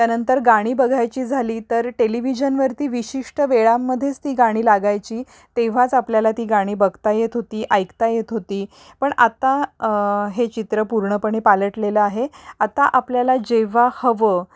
त्यानंतर गाणी बघायची झाली तर टेलिव्हिजनवरती विशिष्ट वेळांमध्येच ती गाणी लागायची तेव्हाच आपल्याला ती गाणी बघता येत होती ऐकता येत होती पण आता हे चित्र पूर्णपणे पालटलेलं आहे आता आपल्याला जेव्हा हवं